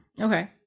Okay